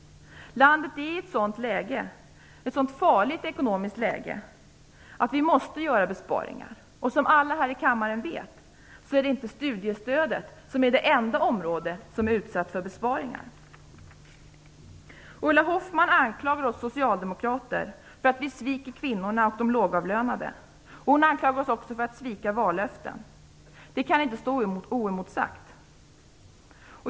Landet är i ett sådant läge, ett sådant farligt ekonomiskt läge, att vi måste göra besparingar. Som alla här i kammaren vet, är studiestödet inte det enda området som är utsatt för besparingar. Ulla Hoffmann anklagar oss socialdemokrater för att svika kvinnorna och de lågavlönade. Hon anklagar oss också för att svika vallöften. Det kan inte få stå oemotsagt.